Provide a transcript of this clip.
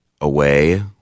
away